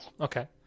Okay